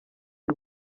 y’u